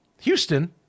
houston